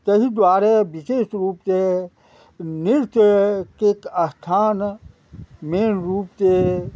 तहि दुआरे विशेष रूपसँ नृत्यके स्थान मेन रूपसँ